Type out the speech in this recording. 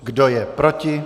Kdo je proti?